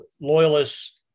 loyalists